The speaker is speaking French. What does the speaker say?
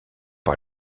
par